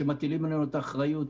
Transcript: כשמטילים עלינו את האחריות.